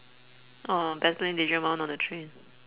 or battling digimon on the train